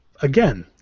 again